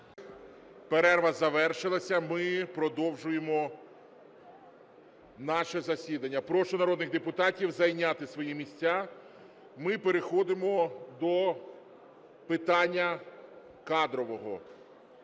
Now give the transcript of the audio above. перерва завершилася. Ми продовжуємо наше засідання. Прошу народних депутатів зайняти свої місця. Ми переходимо до питання кадрового,